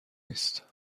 نیست